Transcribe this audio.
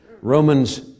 Romans